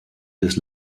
des